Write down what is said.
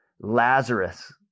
Lazarus